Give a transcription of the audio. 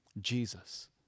Jesus